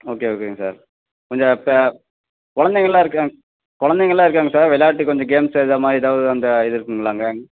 okay ஓகேங்க sir அங்கே ப கொழந்தைகள்லாம் இருக்கறாங் கொழந்தைங்கள்லாம் இருக்காங்க சார் விளாட்டுக்கு கொஞ்சம் கேம்ஸு அது மாதிரி ஏதாவது அந்த இது இருக்குங்களா அங்கே